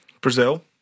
Brazil